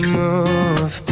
move